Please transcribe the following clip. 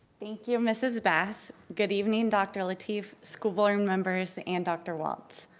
thank you mrs. bass. good evening dr. lateef, school board members, and dr. walts.